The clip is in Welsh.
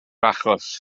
achos